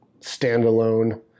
standalone